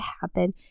happen